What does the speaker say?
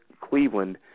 Cleveland